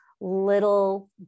little